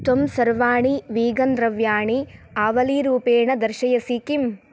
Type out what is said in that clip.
त्वं सर्वाणि वीगन् द्रव्याणि आवलीरूपेण दर्शयसि किम्